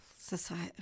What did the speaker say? Society